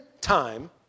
time